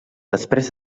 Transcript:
després